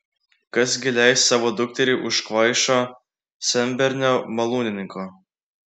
kas gi leis savo dukterį už kvaišo senbernio malūnininko